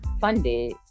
funded